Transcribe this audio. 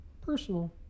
personal